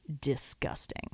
disgusting